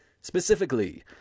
Specifically